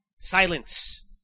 Silence